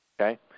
Okay